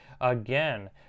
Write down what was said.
Again